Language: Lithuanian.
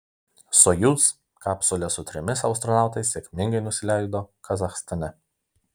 sojuz kapsulė su trimis astronautais sėkmingai nusileido kazachstane